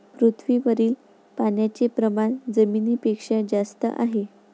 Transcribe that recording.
पृथ्वीवरील पाण्याचे प्रमाण जमिनीपेक्षा जास्त आहे